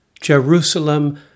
Jerusalem